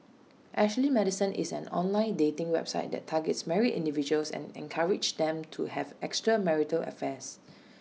Ashley Madison is an online dating website that targets married individuals and encourages them to have extramarital affairs